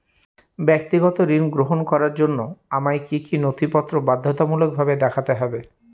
ব্যক্তিগত ঋণ গ্রহণ করার জন্য আমায় কি কী নথিপত্র বাধ্যতামূলকভাবে দেখাতে হবে?